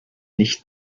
nicht